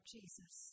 Jesus